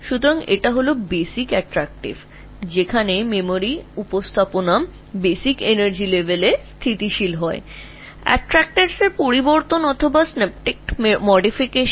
সুতরাং এটি সেই মৌলিক আকর্ষণ যেখানে মেমরিটির প্রতিনিধিত্ব একটি মৌলিক শক্তি স্তরে স্থিতিশীল হয় যেখানে আকর্ষণকারীদের পরিবর্তন বা সিনাপটিক পরিবর্তন হয়